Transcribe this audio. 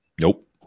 Nope